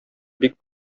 бик